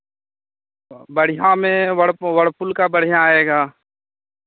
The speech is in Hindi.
बढ़ियाँ में वर्लपू वर्लपुल का बढ़ियाँ आएगा